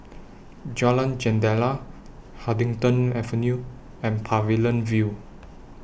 Jalan Jendela Huddington Avenue and Pavilion View